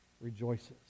rejoices